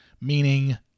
meaning